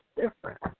different